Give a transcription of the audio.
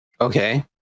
Okay